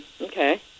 okay